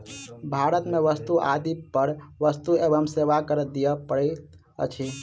भारत में वस्तु आदि पर वस्तु एवं सेवा कर दिअ पड़ैत अछि